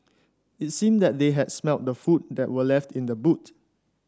it seemed that they had smelt the food that were left in the boot